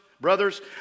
Brothers